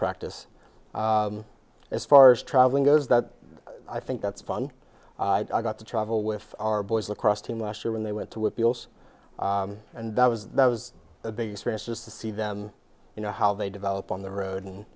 practice as far as traveling goes that i think that's fun i got to travel with our boys lacrosse team last year when they went to with us and that was that was a big difference just to see them you know how they develop on the road